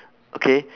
okay